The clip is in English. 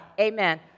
Amen